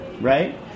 right